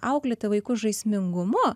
auklėti vaikus žaismingumu